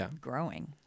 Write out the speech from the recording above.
growing